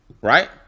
right